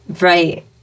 right